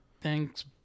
Thanks